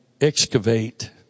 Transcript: excavate